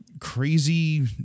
crazy